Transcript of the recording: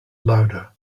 lauda